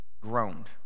groaned